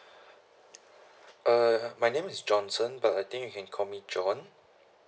uh my name is johnson so but I think you can call me john